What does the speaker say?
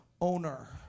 owner